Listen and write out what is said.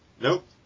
Nope